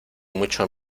mucho